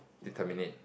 determinate